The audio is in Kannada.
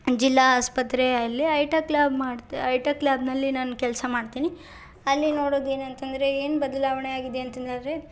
ಜಿಲ್ಲಾ ಆಸ್ಪತ್ರೇ ಅಲ್ಲಿ ಐಟ ಕ್ಲಬ್ ಮಾಡ್ತಾ ಐಟ ಕ್ಲಬ್ನಲ್ಲಿ ನಾನು ಕೆಲಸ ಮಾಡ್ತೀನಿ ಅಲ್ಲಿ ನೋಡೋದು ಏನಂತಂದರೆ ಏನು ಬದಲಾವಣೆ ಆಗಿದೆ ಅಂತಂದರೆ